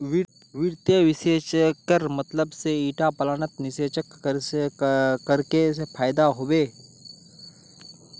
वित्त विश्लेषकेर मतलब से ईटा प्लानत निवेश करले से फायदा हबे